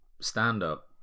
stand-up